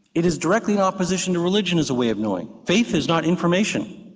it is directly in opposition to religion as a way of knowing faith is not information,